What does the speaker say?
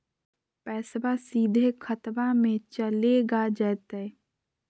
पैसाबा सीधे खतबा मे चलेगा जयते?